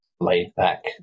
laid-back